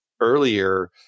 earlier